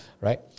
right